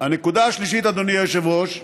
הנקודה השלישית, אדוני היושב-ראש,